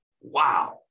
wow